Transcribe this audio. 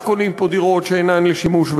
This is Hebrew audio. קונים פה דירות שאינן לשימוש וכדומה.